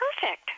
perfect